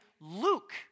Luke